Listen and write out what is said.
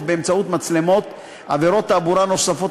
באמצעות מצלמות בעבירות תעבורה נוספות,